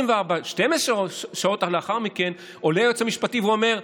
12 שעות לאחר מכן עולה היועץ המשפטי ואומר: